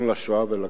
לשואה ולגבורה,